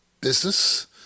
business